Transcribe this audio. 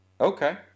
Okay